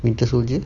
winter soldier